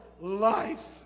life